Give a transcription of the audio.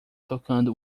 tocando